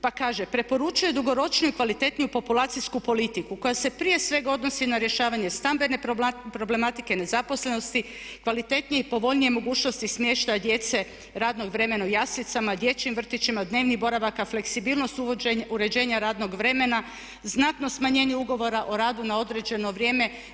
Pa kaže, preporučuje dugoročnoj kvalitetniju populacijsku politiku koja se prije svega odnosi na rješavanje stambene problematike, nezaposlenosti, kvalitetnije i povoljnije mogućnosti smještaja djece radnom vremenu jaslicama, dječjim vrtićima, dnevnim boravaka, fleksibilnost uređenja radnog vremena, znatno smanjenje ugovora o radu na određeno vrijeme.